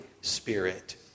Spirit